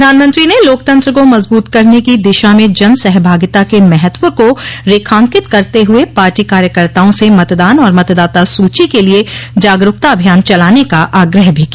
प्रधानमंत्री ने लोकतंत्र को मजबूत करने की दिशा में जनसहभागिता के महत्व को रेखांकित करते हुए पार्टी कार्यकर्ताओं से मतदान और मतदाता सूची के लिए जागरूकता अभियान चलाने का आग्रह भी किया